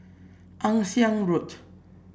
Ann Siang Road